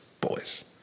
boys